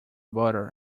butter